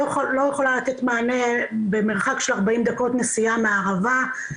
לא יכולה לתת מענה במרחק של 40 דקות נסיעה מהערבה,